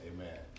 Amen